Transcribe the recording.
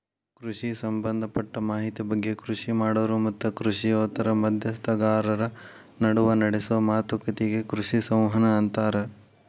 ಕೃಷಿ ಸಂಭದಪಟ್ಟ ಮಾಹಿತಿ ಬಗ್ಗೆ ಕೃಷಿ ಮಾಡೋರು ಮತ್ತು ಕೃಷಿಯೇತರ ಮಧ್ಯಸ್ಥಗಾರರ ನಡುವ ನಡೆಸೋ ಮಾತುಕತಿಗೆ ಕೃಷಿ ಸಂವಹನ ಅಂತಾರ